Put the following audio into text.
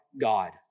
God